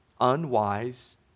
unwise